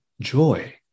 joy